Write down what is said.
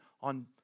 on